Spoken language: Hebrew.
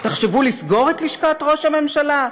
תחשבו לסגור את לשכת ראש הממשלה?